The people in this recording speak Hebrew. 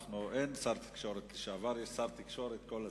מובן שאין שר תקשורת לשעבר, יש שר תקשורת כל הזמן.